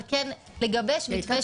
אבל כן צריך לגבש מתווה מדויק יותר.